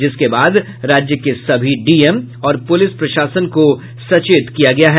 जिसके बाद राज्य के सभी डीएम और पुलिस प्रशासन को सचेत किया गया है